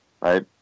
right